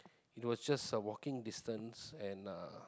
it was just a walking distance and